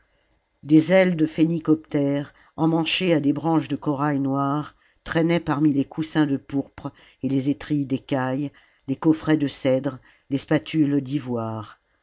des ailes de phénicoptères emmanchées à des branches de corail noir traînaient parmi les coussins de pourpre et les étrilles d'écailie les coffrets de cèdre les spatules d'ivoire